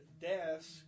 desk